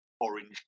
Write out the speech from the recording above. orange